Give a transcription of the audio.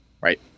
Right